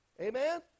Amen